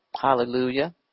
Hallelujah